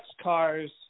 cars